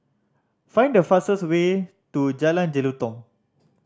find the fastest way to Jalan Jelutong